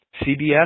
CBS